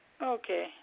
Okay